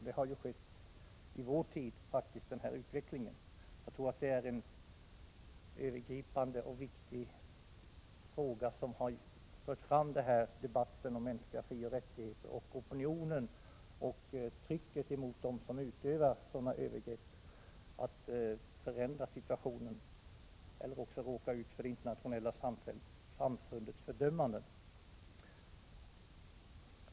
Denna utveckling har faktiskt skett i vår tid. — Jag tror att det är en övergripande och viktig orsak till att debatten om mänskliga frioch rättigheter har intensifierats och till att opinionen och trycket mot dem som utför övergrepp har ökat. Man är medveten om att det gäller att förändra situationen — eljest riskerar man att råka ut för det internationella samfundets fördömande.